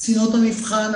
קצינות המבחן,